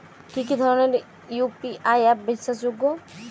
কি কি ধরনের ইউ.পি.আই অ্যাপ বিশ্বাসযোগ্য?